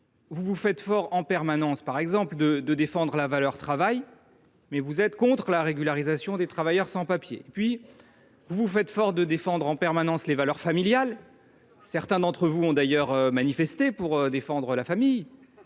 Vous vous faites fort en permanence, par exemple, de défendre la valeur travail, mais vous être contre la régularisation des travailleurs sans papiers. Ben oui ! Vous défendez en permanence les valeurs familiales – certains d’entre vous ont d’ailleurs manifesté pour défendre la famille,